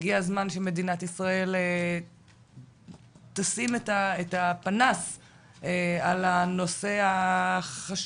הגיע הזמן שמדינת ישראל תשים את הפנס על הנושא החשוב,